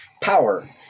Power